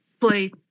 play